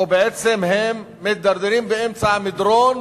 או בעצם מידרדרות, באמצע המדרון,